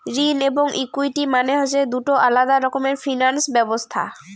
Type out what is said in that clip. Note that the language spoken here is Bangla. ঋণ এবং ইকুইটি মানে হসে দুটো আলাদা রকমের ফিনান্স ব্যবছস্থা